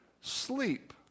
sleep